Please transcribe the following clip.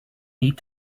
need